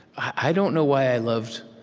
i don't know why i loved